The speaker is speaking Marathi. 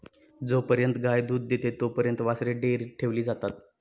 जोपर्यंत गाय दूध देते तोपर्यंत वासरे डेअरीत ठेवली जातात